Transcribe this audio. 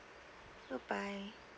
bye bye